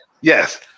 Yes